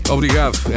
Obrigado